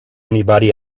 anybody